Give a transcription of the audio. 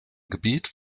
gebiet